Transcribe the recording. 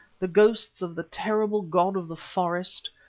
the ghosts of the terrible god of the forest,